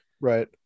right